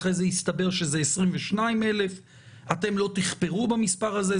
ואחר כך הסתבר שזה 22,000. אתם לא תכפרו במספר הזה.